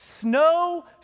Snow